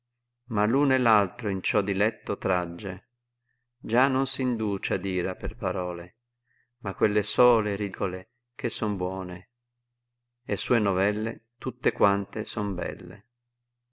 ma v uno e p altro in ciò diletto tragge già non s induce ad ira per parole ma quelle sole ricole che son buone e sue novelle tutte quante son belle